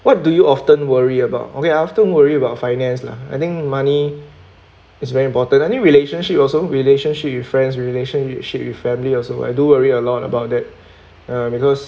what do you often worry about okay I often worry about finance lah I think money is very important I think relationship also relationship with friends relationship with family also I do worry a lot about that uh because